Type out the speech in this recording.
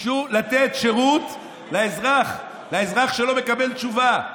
ביקשו לתת שירות לאזרח שלא מקבל תשובה.